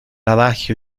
adagio